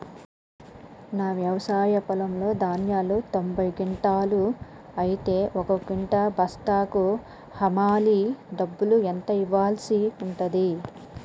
నా వ్యవసాయ పొలంలో ధాన్యాలు తొంభై క్వింటాలు అయితే ఒక క్వింటా బస్తాకు హమాలీ డబ్బులు ఎంత ఇయ్యాల్సి ఉంటది?